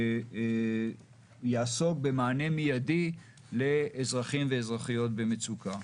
שיעסוק במענה מיידי לאזרחים ואזרחיות במצוקה.